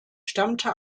stammte